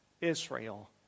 Israel